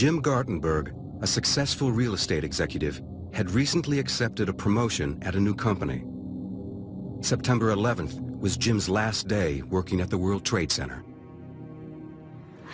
jim gordon berg a successful real estate executive had recently accepted a promotion at a new company september eleventh was jim's last day working at the world trade center